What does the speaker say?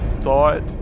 thought